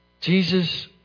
Jesus